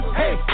hey